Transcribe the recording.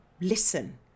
listen